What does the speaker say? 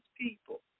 people